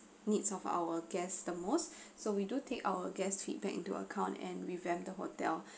needs of our guests the most so we do take our guests feedback into account and revamp the hotel